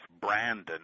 Brandon